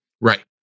Right